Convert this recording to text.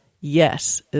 yes